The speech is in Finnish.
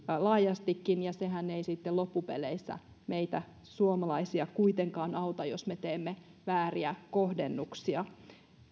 laajastikin ja sehän ei sitten loppupeleissä meitä suomalaisia kuitenkaan auta jos me teemme vääriä kohdennuksia